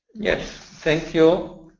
yes. thank you.